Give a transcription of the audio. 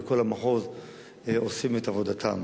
וכל המחוז עושים את עבודתם.